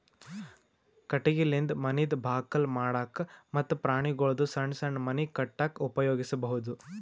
ಕಟಗಿಲಿಂದ ಮನಿದ್ ಬಾಕಲ್ ಮಾಡಕ್ಕ ಮತ್ತ್ ಪ್ರಾಣಿಗೊಳ್ದು ಸಣ್ಣ್ ಸಣ್ಣ್ ಮನಿ ಕಟ್ಟಕ್ಕ್ ಉಪಯೋಗಿಸಬಹುದು